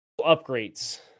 upgrades